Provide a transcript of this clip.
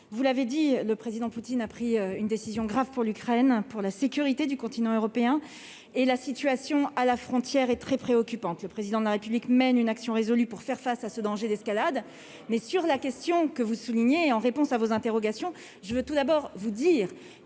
vous l'avez dit le président Poutine a pris une décision grave pour l'Ukraine pour la sécurité du continent européen et la situation à la frontière est très préoccupante, le président de la République mène une action résolue pour faire face à ce danger d'escalade, mais sur la question que vous soulignez, en réponse à vos interrogations, je veux tout d'abord vous dire